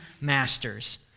masters